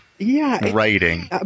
writing